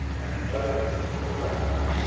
and in the other instance, they're recommending.